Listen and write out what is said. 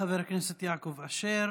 תודה, חבר הכנסת יעקב אשר.